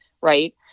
Right